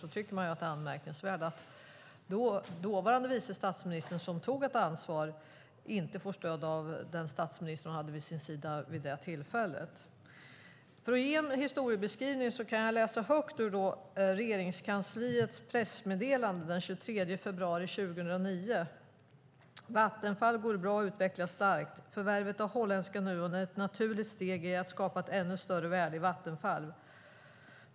Jag tycker att det är anmärkningsvärt att dåvarande vice statsministern som tog ett ansvar inte får stöd av den statsminister som hon hade vid sin sida vid det tillfället. För att ge en historiebeskrivning kan jag läsa högt ur Regeringskansliets pressmeddelande från den 23 februari 2009. "Vattenfall går bra och utvecklas starkt. Förvärvet av holländska Nuon är ett naturligt steg i att skapa ett ännu större värde i Vattenfall.